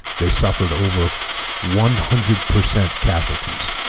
they suffered over one hundred percent casualties